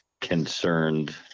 concerned